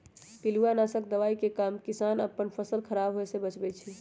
पिलुआ नाशक दवाइ के काम किसान अप्पन फसल ख़राप होय् से बचबै छइ